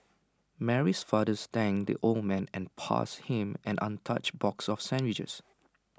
Mary's father thanked the old man and passed him an untouched box of sandwiches